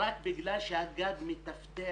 רק בגלל שהגג מטפטף.